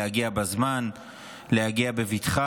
להגיע בזמן ולהגיע בבטחה.